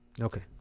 Okay